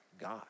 God